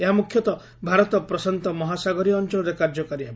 ଏହା ମୁଖ୍ୟତଃ ଭାରତ ପ୍ରଶାନ୍ତ ମହାସାଗରୀୟ ଅଞ୍ଚଳରେ କାର୍ଯ୍ୟକାରୀ ହେବ